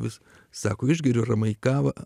vis sako išgeriu ramiai kavą